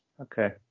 Okay